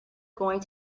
going